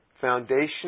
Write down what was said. foundation